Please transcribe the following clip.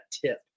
tip